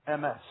MS